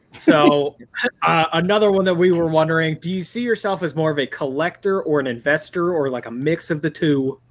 so another one that we were wondering do you see yourself as more of a collector or an investor or like a mix of the two?